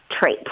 trait